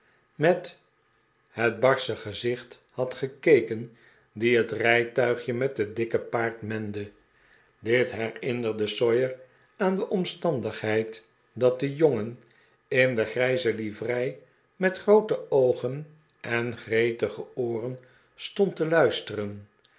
met het barsche gezicht had gekeken die het rijtuigje met het dikke paard mende dit herinnerde sawyer aan de omstandigheid dat de jongen in de grijze livrei met groote oogen en gretige ooren stond te luisteren